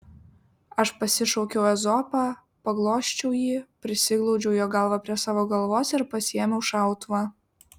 aš pasišaukiau ezopą paglosčiau jį prisiglaudžiau jo galvą prie savo galvos ir pasiėmiau šautuvą